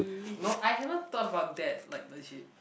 no I haven't thought about that like legit